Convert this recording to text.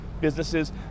businesses